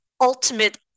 ultimate